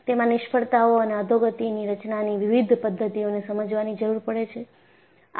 તેમાં નિષ્ફળતાઓ અને અધોગતિની રચનાની વિવિધ પદ્ધતિઓને સમજવાની જરૂર પડે છે